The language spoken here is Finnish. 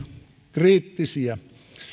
kriittisiä